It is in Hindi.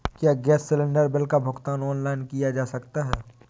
क्या गैस सिलेंडर बिल का भुगतान ऑनलाइन किया जा सकता है?